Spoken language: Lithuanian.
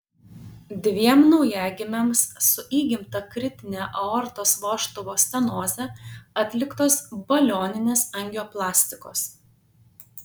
dviem naujagimiams su įgimta kritine aortos vožtuvo stenoze atliktos balioninės angioplastikos